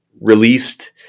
released